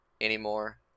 anymore